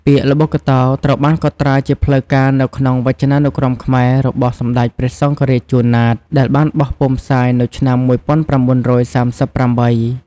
ពាក្យ ល្បុក្កតោ ត្រូវបានកត់ត្រាជាផ្លូវការនៅក្នុងវចនានុក្រមខ្មែររបស់សម្ដេចព្រះសង្ឃរាជ ជួន ណាត ដែលបានបោះពុម្ពផ្សាយនៅឆ្នាំ១៩៣៨។